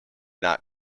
not